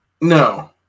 No